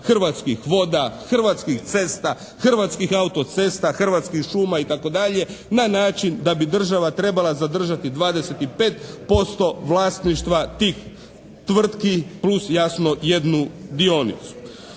Hrvatskih voda, Hrvatskih cesta, Hrvatskih auto-cesta, Hrvatskih šuma i tako dalje na način da bi država trebala zadržati 25% vlasništva tih tvrtki plus jasno jednu dionicu.